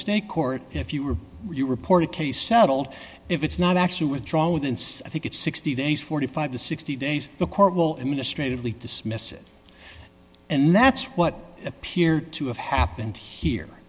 state court if you are reported case settled if it's not actually withdrawn and i think it's sixty days forty five to sixty days the court will administratively dismiss it and that's what appeared to have happened here